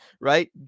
right